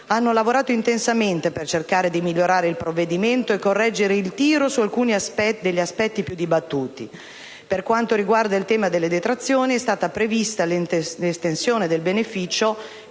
hanno lavorato intensamente per cercare di migliorare il provvedimento e correggere il tiro su alcuni degli aspetti più dibattuti. Per quanto riguarda il tema delle detrazioni è stata prevista l'estensione del beneficio